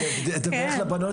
אדווח לבנות